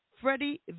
Freddie